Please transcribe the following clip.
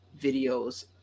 videos